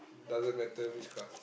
doesn't matter which class